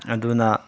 ꯑꯗꯨꯅ